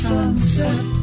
Sunset